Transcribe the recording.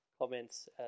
comments